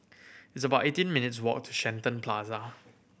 it's about eighteen minutes' walk to Shenton Plaza